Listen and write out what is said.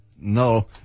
No